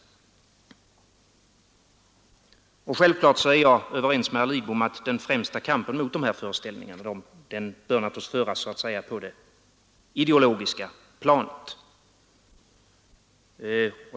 Självfallet är jag också överens med herr Lidbom om att den främsta kampen mot dessa föreställningar bör föras på det ideologiska planet.